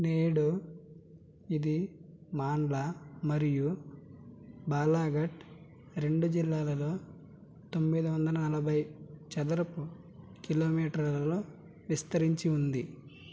నేడు ఇది మాండ్ల మరియు బాలాఘట్ రెండు జిల్లాలలో తొమ్మిది వందల నలభై చదరపు కిలోమీటర్లలో విస్తరించి ఉంది